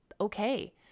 okay